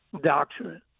doctrine